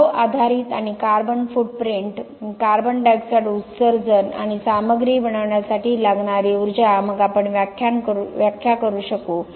प्रभाव आधारित आणि कार्बन फूटप्रिंट कार्बन डायॉक्साइड उत्सर्जन आणि सामग्री बनवण्यासाठी लागणारी ऊर्जा मग आपण व्याख्या करू शकू